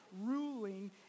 ruling